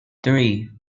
three